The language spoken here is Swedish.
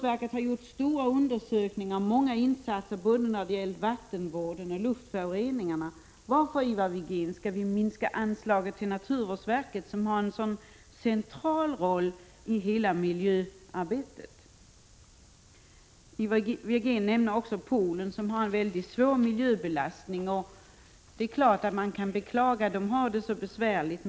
Verket har gjort stora undersökningar och många insatser när det gäller både vattenvården och luftföroreningarna. Varför skall vi, Ivar Virgin, minska anslaget till naturvårdsverket som har en så central roll i hela miljöarbetet? Ivar Virgin nämner också Polen, som har en väldigt svår miljöbelastning. Det är klart att man kan beklaga att Polen har det så besvärligt.